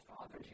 Father